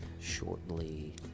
shortly